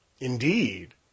Indeed